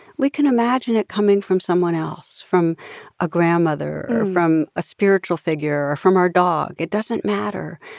we can imagine it coming from someone else, from a grandmother, or from a spiritual figure, or from our dog it doesn't matter.